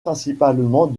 principalement